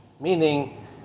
meaning